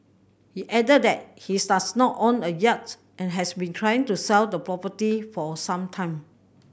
he added that he's does not own a yacht and has been trying to sell the property for some time